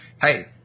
hey